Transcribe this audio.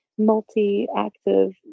multi-active